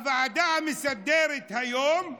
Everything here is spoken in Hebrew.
הוועדה המסדרת היום,